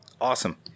awesome